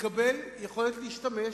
יקבל יכולת להשתמש,